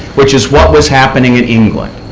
which is what was happening in england.